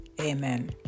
Amen